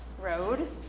road